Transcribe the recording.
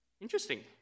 Interesting